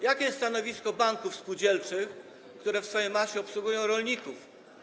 Jakie jest stanowisko banków spółdzielczych, które w swojej masie obsługują rolników?